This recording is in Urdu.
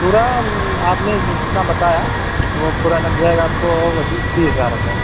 پورا آپ نے جتنا بتایا وہ پورا لگ جائے گا آپ کو وہی تیس ہزار روپئے